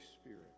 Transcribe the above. Spirit